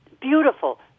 Beautiful